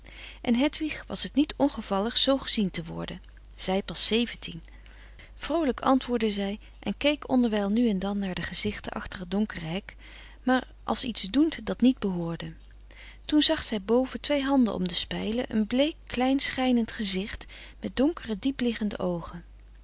en hedwig was t niet ongevallig zoo gezien te worden zij pas zeventien vroolijk antwoordde zij en keek onderwijl nu en dan naar de gezichten achter t donkere hek maar als iets doend dat niet behoorde toen zag zij boven twee handen om de spijlen een bleek klein schijnend gezicht met donkere diepliggende oogen